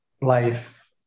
life